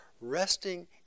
resting